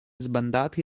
sbandati